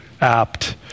apt